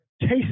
taste